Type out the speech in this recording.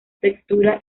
textura